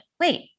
wait